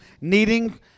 needing